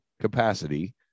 capacity